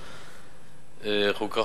חוקה,